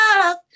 love